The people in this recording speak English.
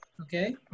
Okay